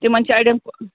تِمَن چھِ اَڑٮ۪ن